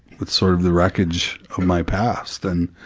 with sort of the wreckage of my past and,